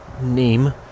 name